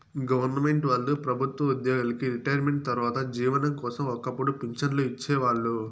government వాళ్ళు ప్రభుత్వ ఉద్యోగులకి రిటైర్మెంటు తర్వాత జీవనం కోసం ఒక్కపుడు పింఛన్లు ఇచ్చేవాళ్ళు